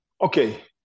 Okay